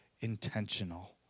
intentional